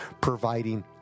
providing